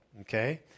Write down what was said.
okay